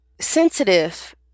sensitive